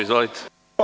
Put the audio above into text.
Izvolite.